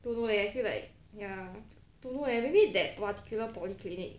don't know leh I feel like ya don't know eh maybe that particular polyclinic